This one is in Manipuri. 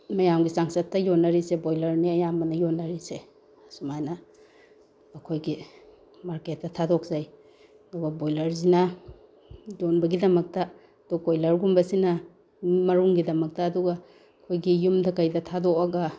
ꯃꯌꯥꯝꯒꯤ ꯆꯥꯡꯆꯠꯇ ꯌꯣꯟꯅꯔꯤꯁꯦ ꯕꯣꯏꯂꯔꯅꯦ ꯑꯌꯥꯝꯕꯅ ꯌꯣꯟꯅꯔꯤꯁꯦ ꯑꯁꯨꯃꯥꯏꯅ ꯑꯩꯈꯣꯏꯒꯤ ꯃꯥꯔꯀꯦꯠꯇ ꯊꯥꯗꯣꯛꯆꯩ ꯑꯗꯨꯒ ꯕꯣꯏꯂꯔꯁꯤꯅ ꯌꯣꯟꯕꯒꯤꯗꯃꯛꯇ ꯑꯗꯣ ꯀꯣꯏꯂꯔꯒꯨꯝꯕꯁꯤꯅ ꯃꯔꯨꯝꯒꯤꯗꯃꯛꯇ ꯑꯗꯨꯒ ꯑꯩꯈꯣꯏꯒꯤ ꯌꯨꯝꯗ ꯀꯩꯗ ꯊꯥꯗꯣꯛꯑꯒ